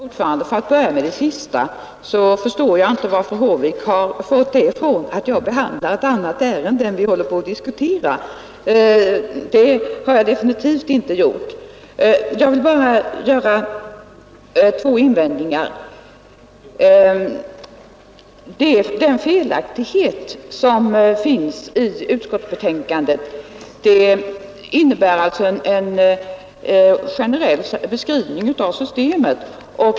Herr talman! För att börja bemöta det senaste förstår jag inte var fru Håvik har fått det ifrån att jag diskuterar ett annat ärende än det vi behandlar. Det har jag definitivt inte gjort. Jag vill bara göra två invändningar. Den felaktighet som finns i utskottsbetänkandet återfinns i ett exempel som ger en beskrivning av systemet.